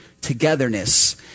togetherness